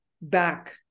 back